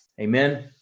Amen